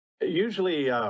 usually